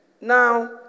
Now